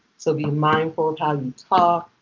so be mindful of how you talk.